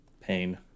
Pain